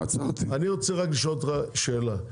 אני רוצה רק לשאול אותך שאלה,